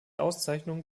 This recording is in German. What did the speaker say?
auszeichnung